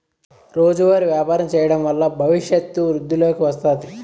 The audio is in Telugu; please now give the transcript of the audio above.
రోజువారీ వ్యాపారం చేయడం వల్ల భవిష్యత్తు వృద్ధిలోకి వస్తాది